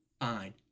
fine